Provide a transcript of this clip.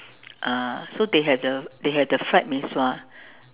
uh so they have the they have the fried mee-sua